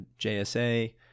JSA